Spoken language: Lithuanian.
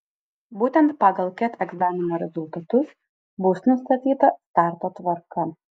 būtent pagal ket egzamino rezultatus bus nustatyta starto tvarka